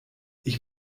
ich